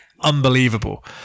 unbelievable